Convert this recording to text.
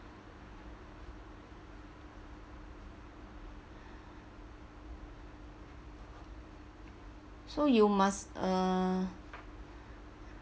so you must uh